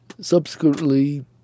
subsequently